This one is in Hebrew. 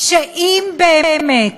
שאם באמת